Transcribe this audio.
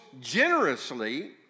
generously